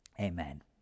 Amen